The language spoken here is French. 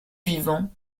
vivant